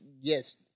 yes